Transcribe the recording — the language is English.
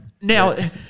now